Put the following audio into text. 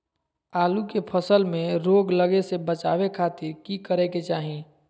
आलू के फसल में रोग लगे से बचावे खातिर की करे के चाही?